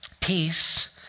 peace